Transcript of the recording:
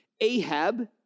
Ahab